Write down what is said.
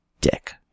Dick